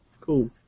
Cool